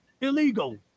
Illegal